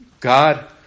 God